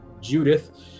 Judith